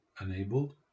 enabled